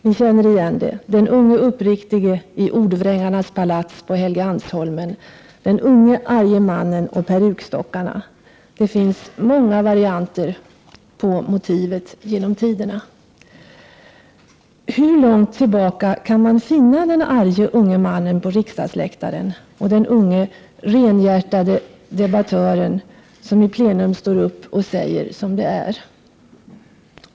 Vi känner igen det: den unge uppriktige i ordvrängarnas palats på Helgeandsholmen, den unge arge mannen och perukstockarna. Det finns många varianter på motivet genom tiderna. Hur långt tillbaka kan man finna den arge unge mannen på riksdagsläktaren och den unge renhjärtade debattören som i plenum står upp och säger som det är?